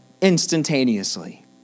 instantaneously